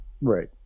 Right